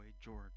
George